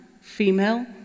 female